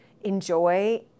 enjoy